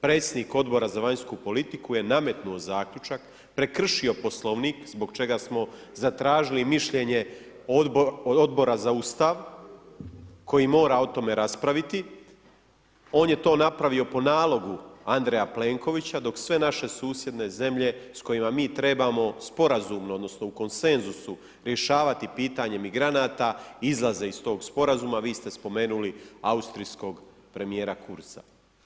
Predsjednik Odbora za vanjsku politiku je nametnuo zaključak, prekršio Poslovnik zbog čega smo zatražili mišljenje Odbora za Ustav koji mora o tome raspraviti, on je to napravio po nalogu Andreja Plenkovića, dok sve naše susjedne zemlje s kojima mi trebamo sporazumno odnosno u konsenzusu rješavati pitanje migranata, izlaza iz tog Sporazuma, vi ste spomenuli austrijskog premijera Kurtza.